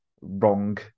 wrong